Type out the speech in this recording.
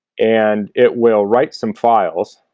and it will write some files.